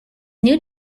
new